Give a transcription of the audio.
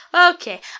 okay